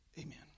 Amen